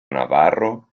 navarro